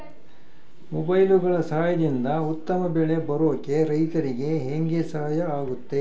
ಮೊಬೈಲುಗಳ ಸಹಾಯದಿಂದ ಉತ್ತಮ ಬೆಳೆ ಬರೋಕೆ ರೈತರಿಗೆ ಹೆಂಗೆ ಸಹಾಯ ಆಗುತ್ತೆ?